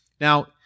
Now